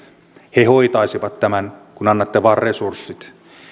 he hoitaisivat tämän kun annatte vaan resurssit